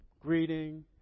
greeting